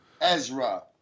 Ezra